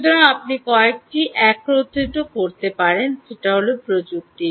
সুতরাং আপনি কয়েকটি একত্রিত করতে পারেন প্রযুক্তি